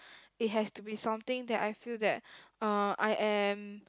it has to be something that I feel that uh I am